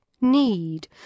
need